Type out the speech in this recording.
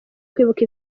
kwibuka